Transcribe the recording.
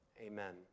Amen